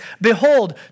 behold